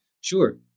sure